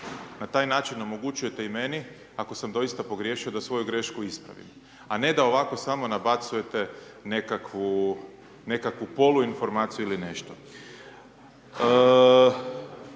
Na taj način omogućujete i meni, ako sam doista pogriješio, da svoju grešku ispravim, a ne da ovako samo nabacujete nekakvu poluinformaciju ili nešto.